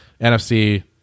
NFC